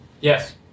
Yes